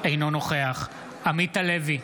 אינו נוכח עמית הלוי,